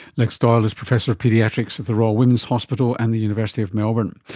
lex doyle is professor of paediatrics at the royal women's hospital and the university of melbourne.